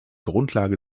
grundlage